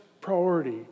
priority